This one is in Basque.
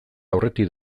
aurretik